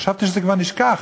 חשבתי שזה כבר נשכח.